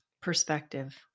perspective